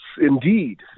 indeed